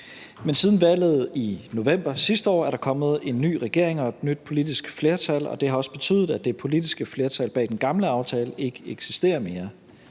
Men siden valget i november sidste år er der kommet en ny regering og et nyt politisk flertal, og det har også betydet, at det politiske flertal bag den gamle aftale ikke eksisterer mere.